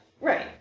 right